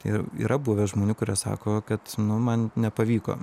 ir yra buvę žmonių kurie sako kad nu man nepavyko